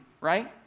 right